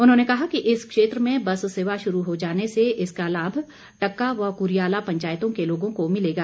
उन्होंने कहा कि इस क्षेत्र में बस सेवा शुरू हो जाने से इसका लाभ टक्का व कुरियाला पंचायतों के लोगों को मिलेगा